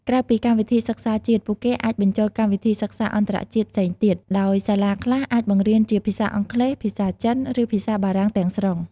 ក្រៅពីកម្មវិធីសិក្សាជាតិ ពួកគេអាចបញ្ចូលកម្មវិធីសិក្សាអន្តរជាតិទៀតផង ដោយសាលាខ្លះអាចបង្រៀនជាភាសាអង់គ្លេស ភាសាចិន ឬភាសាបារាំងទាំងស្រុង។